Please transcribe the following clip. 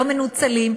לא מנוצלים,